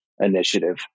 Initiative